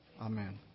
Amen